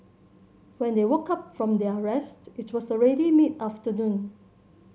when they woke up from their rest it was already mid afternoon